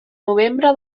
novembre